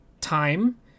time